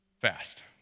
Fast